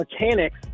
Mechanics